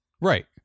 Right